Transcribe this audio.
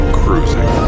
cruising